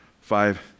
Five